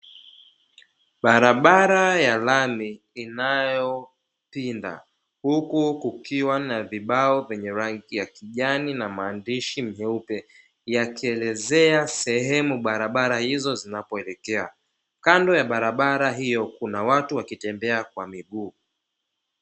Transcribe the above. Barabara ya lami inayopinda, huku kukiwa na vibao vyenye rangi ya kijani na maandishi meupe, yakielezea sehemu barabara hizo zinapoelekea kando ya barabara hiyo kuna watu wakitembea kwa miguu.